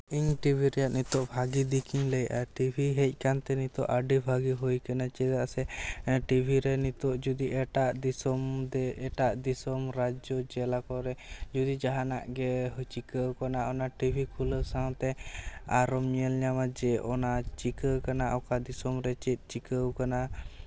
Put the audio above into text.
ᱤᱧ ᱴᱤᱵᱷᱤ ᱨᱮᱭᱟᱜ ᱱᱤᱛᱚᱜ ᱵᱷᱟᱹᱜᱤ ᱫᱤᱠ ᱤᱧ ᱞᱟᱹᱭ ᱮᱜᱼᱟ ᱴᱤᱵᱷᱤ ᱦᱮᱡ ᱟᱠᱟᱱᱛᱮ ᱱᱤᱛᱚᱜ ᱟᱹᱰᱤ ᱵᱷᱟᱹᱜᱤ ᱦᱩᱭ ᱟᱠᱟᱱᱟ ᱪᱮᱫᱟᱜ ᱥᱮ ᱴᱤᱵᱷᱤ ᱨᱮ ᱱᱤᱛᱚᱜ ᱮᱴᱟᱜ ᱫᱤᱥᱚᱢ ᱛᱮ ᱮᱴᱟᱜ ᱫᱤᱥᱚᱢ ᱨᱟᱡᱡᱚ ᱡᱮᱞᱟ ᱠᱚᱨᱮ ᱡᱩᱫᱤ ᱡᱟᱦᱟᱱᱟᱜ ᱜᱮ ᱪᱤᱠᱟᱹᱣ ᱠᱟᱱᱟ ᱚᱱᱟ ᱠᱷᱩᱞᱟᱹᱣ ᱥᱟᱶᱛᱮ ᱟᱨᱚᱧ ᱧᱮᱞ ᱧᱟᱢᱟ ᱡᱮ ᱚᱱᱟ ᱪᱤᱠᱟᱹ ᱟᱠᱟᱱᱟ ᱚᱠᱟ ᱫᱤᱥᱚᱢ ᱨᱮ ᱪᱮᱫ ᱪᱤᱠᱟᱹ ᱟᱠᱟᱱᱟ